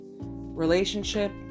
relationship